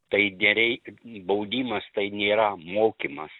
tai gerai baudimas tai nėra mokymas